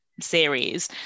series